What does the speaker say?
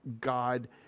God